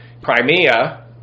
Crimea